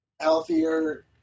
healthier